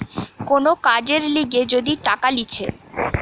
কোন কাজের লিগে যদি টাকা লিছে